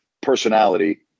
personality